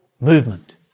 movement